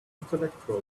intellectual